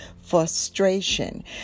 frustration